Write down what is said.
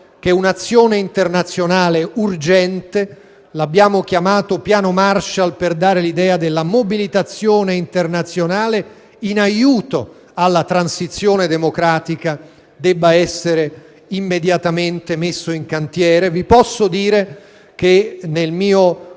che un'azione internazionale urgente - lo abbiamo chiamato piano Marshall per dare l'idea della mobilitazione internazionale in aiuto alla transizione democratica - debba essere immediatamente messa in cantiere. Vi posso dire che nel mio